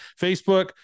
Facebook